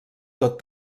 tot